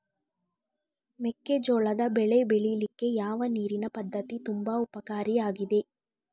ಮೆಕ್ಕೆಜೋಳದ ಬೆಳೆ ಬೆಳೀಲಿಕ್ಕೆ ಯಾವ ನೀರಿನ ಪದ್ಧತಿ ತುಂಬಾ ಉಪಕಾರಿ ಆಗಿದೆ?